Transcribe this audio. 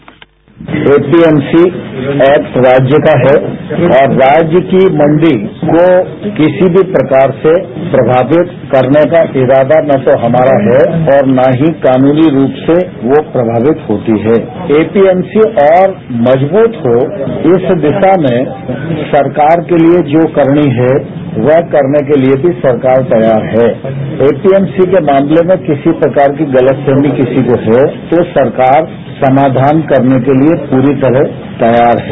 bite APMC act राज्य का है और राज्य की मंडी को किसी भी प्रकार से प्रभावित करने का इरादा न तो हमारा है और न ही कानूनी रूप से वो प्रभावित होती है एपीएमसी और मजबूत हो इस दिशा में सरकार के लिए जो करनी है वह करने के लिए भी सरकार तैयार है एपीएमसी के मामले में किसी प्रकार की गलतफहमी किसी को है तो सरकार समाधान करने के लिए पूरी तरह से तैयार है